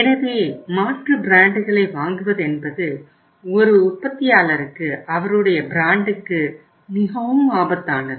எனவே மாற்று பிராண்டுகளை வாங்குவதென்பது ஒரு உற்பத்தியாளருக்கு அவருடைய பிராண்டுக்கு மிகவும் ஆபத்தானது